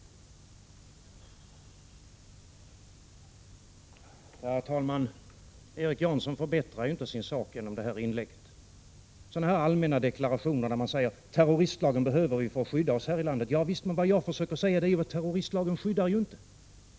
EE TEES RR